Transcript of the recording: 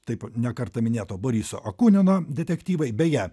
taip ne kartą minėto boriso akunino detektyvai beje